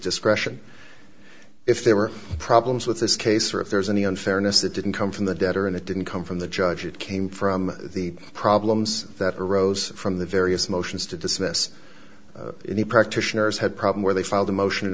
discretion if there were problems with this case or if there's any unfairness that didn't come from the debtor and it didn't come from the judge it came from the problems that arose from the various motions to dismiss any practitioners had problem where they filed a motion and